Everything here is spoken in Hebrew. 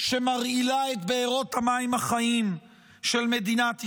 שמרעילה את בארות המים החיים של מדינת ישראל.